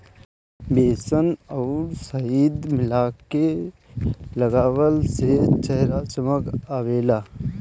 बेसन अउरी शहद मिला के लगवला से चेहरा में चमक आवेला